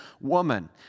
woman